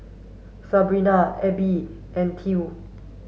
Sabina Elby and Ty